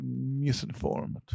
misinformed